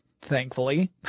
thankfully